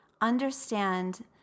Understand